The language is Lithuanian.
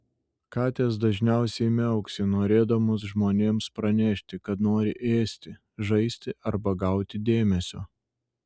katės dažniausiai miauksi norėdamos žmonėms pranešti kad nori ėsti žaisti arba gauti dėmesio